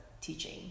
teaching